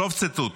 סוף ציטוט.